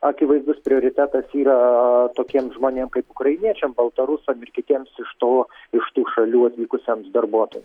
akivaizdus prioritetas yra tokiem žmonėm kaip ukrainiečiam baltarusam ir kitiems iš to iš tų šalių atvykusiems darbuotojam